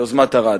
ביוזמת ארד.